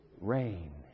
rain